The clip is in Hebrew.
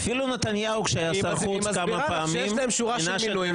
היא מסבירה לך שיש להם שורה של מינויים,